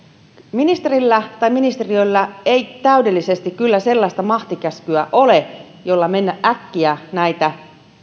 ministeriöllä ei täydellisesti kyllä sellaista mahtikäskyä ole jolla mennä äkkiä järjestelemään näitä